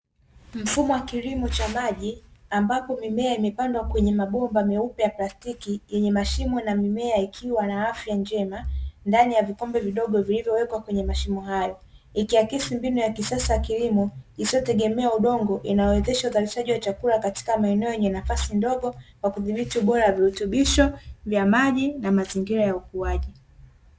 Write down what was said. Mfumo wa kilimo cha maji ambapo mimea imepandwa kwenye mabomba meupe ya plastiki yenye mashimo na mimea ikiwa na afya njema ndani ya vikombe vidogo vilivyowekwa kwenye mashimo hayo ikiwa kesi mbinu ya kisasa ya kilimo isiotegemea udongo inayowezesha uzalishaji wa chakula katika maeneo yenye nafasi ndogo kwa kudhibiti ubora wa virutubisho vya maji na mazingira ya ukuaji.